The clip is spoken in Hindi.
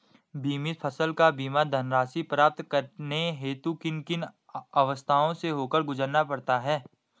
बीमित फसल का बीमा धनराशि प्राप्त करने हेतु किन किन अवस्थाओं से होकर गुजरना पड़ता है?